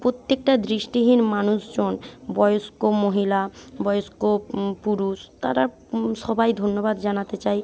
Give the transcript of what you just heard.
প্রত্যেকটা দৃষ্টিহীন মানুষজন বয়স্ক মহিলা বয়স্ক পুরুষ তারা সবাই ধন্যবাদ জানাতে চায়